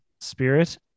spirit